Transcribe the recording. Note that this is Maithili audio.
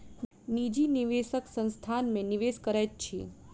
निजी निवेशक संस्थान में निवेश करैत अछि